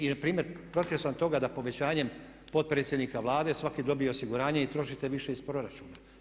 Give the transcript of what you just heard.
I primjer protiv sam toga da povećanjem potpredsjednika Vlade svaki dobije osiguranje i trošite više iz proračuna.